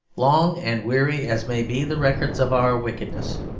long and weary as may be the records of our wickedness,